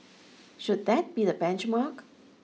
should that be the benchmark